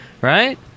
right